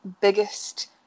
biggest